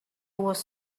was